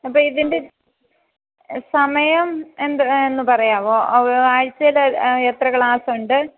അപ്പം ഇതിൻ്റെ സമയം എന്ത് എന്ന് പറയാമോ ആഴ്ചയിൽ എത്ര ക്ലാസ് ഉണ്ട്